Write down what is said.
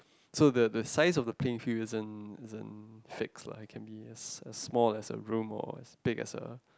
so the the size of the playing field isn't isn't fixed lah it can be as as small as a room or as big as a